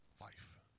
life